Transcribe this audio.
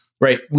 right